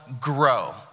grow